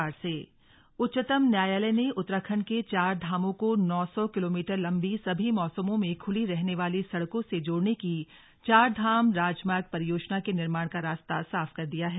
उच्चतम न्यायालय उच्चतम न्यायालय ने उत्तराखंड के चार धामों को नौ सौ किलोमीटर लंबी सभी मौसमों में खुली रहने वाली सड़कों से जोड़ने की चार धाम राजमार्ग परियोजना के निर्माण का रास्ता साफ कर दिया है